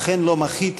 לכן לא מחיתי,